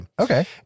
Okay